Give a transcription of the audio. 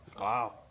Wow